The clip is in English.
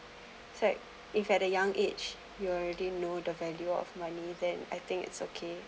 so like if at the young age you already know the value of money then I think it's okay